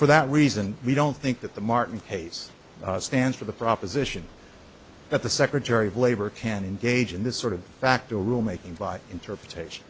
for that reason we don't think that the martin case stands for the proposition that the secretary of labor can engage in this sort of facto rule making by interpretation